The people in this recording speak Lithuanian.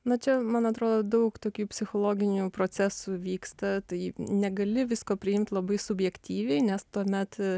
nu čia man atrodo daug tokių psichologinių procesų vyksta tai negali visko priimt labai subjektyviai nes tuomet